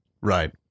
Right